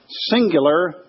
singular